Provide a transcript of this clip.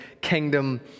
kingdom